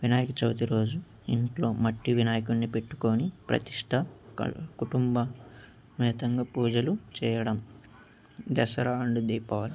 వినాయక చవితి రోజు ఇంట్లో మట్టి వినాయకుడ్ని పెట్టుకుని ప్రతిష్ట కుటుంబ సమేతంగా పూజలు చేయడం దసరా అండ్ దీపావళి